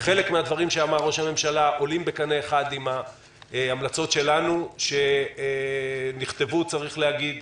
חלק מהדברים שהוא אמר עולים בקנה אחד עם המלצותינו שנכתבו לפני.